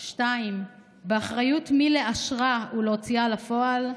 2. באחריות מי לאשרה ולהוציאה לפועל?